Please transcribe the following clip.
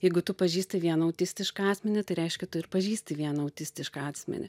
jeigu tu pažįsti vieną autistišką asmenį tai reiškia tu ir pažįsti vieną autistišką asmenį